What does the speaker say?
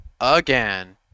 again